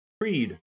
Creed